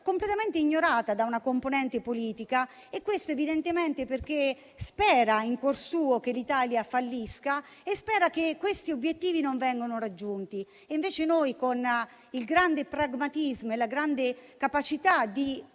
completamente ignorata da una componente politica, che evidentemente spera, in cuor suo, che l'Italia fallisca e che questi obiettivi non vengano raggiunti. Noi invece, con grande pragmatismo e la grande capacità di